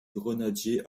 grenadiers